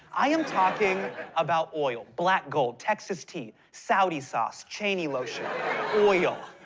i am talking about oil black gold, texas tea, saudi sauce, cheney lotion oil.